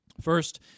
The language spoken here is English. First